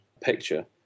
picture